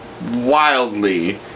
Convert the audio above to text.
Wildly